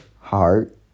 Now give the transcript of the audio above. heart